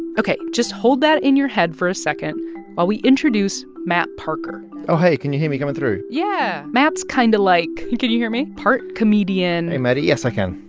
ok, just hold that in your head for a second while we introduce matt parker oh, hey. can you hear me coming through? yeah matt's kind of like. can you hear me. part comedian. hey, maddie. yes, i can.